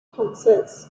concerts